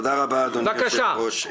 תודה רבה, אדוני היושב-ראש.